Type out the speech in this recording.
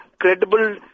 credible